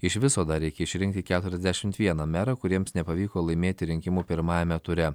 iš viso dar reikia išrinkti keturiasdešimt vieną merą kuriems nepavyko laimėti rinkimų pirmajame ture